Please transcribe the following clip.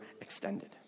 extended